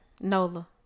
Nola